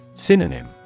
Synonym